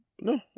No